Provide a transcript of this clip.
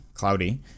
Cloudy